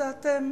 זה אתם,